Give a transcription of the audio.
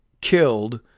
killed